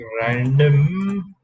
random